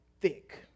thick